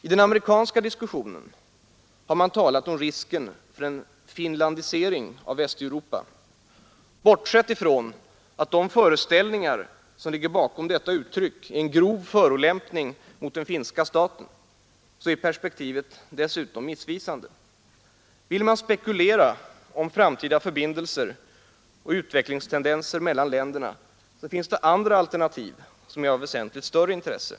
I den amerikanska diskussionen har man talat om risken för en ”finlandisering” av Västeuropa. Bortsett från att de föreställningar som ligger bakom detta uttryck är en grov förolämpning mot den finska staten, så är perspektivet dessutom missvisande. Vill man spekulera om framtida förbindelser och utvecklingstendenser mellan länderna, finns det andra alternativ som är av väsentligt större intresse.